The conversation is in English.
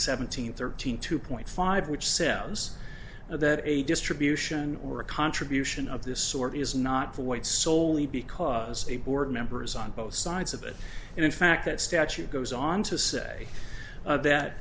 seventeen thirteen two point five which says that a distribution or a contribution of this sort is not the whites soley because the board members on both sides of it and in fact that statute goes on to say that